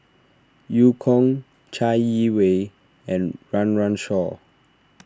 Eu Kong Chai Yee Wei and Run Run Shaw